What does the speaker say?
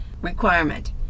requirement